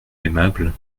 aimable